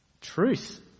truth